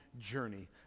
journey